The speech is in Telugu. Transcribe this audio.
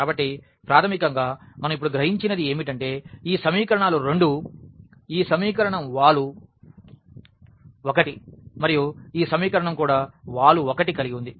కాబట్టి ప్రాథమికంగా మనం ఇప్పుడు గ్రహించినది ఏమిటంటే ఈ సమీకరణాలు రెండూ ఈ సమీకరణం వాలు 1 మరియు ఈ సమీకరణం కూడా వాలు 1 కలిగి ఉంది